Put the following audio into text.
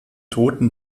toten